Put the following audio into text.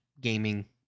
gaming